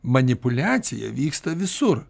manipuliacija vyksta visur